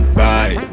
bye